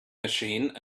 machine